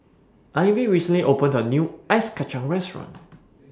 Ivie recently opened A New Ice Kachang Restaurant